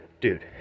dude